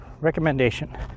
recommendation